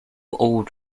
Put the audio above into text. old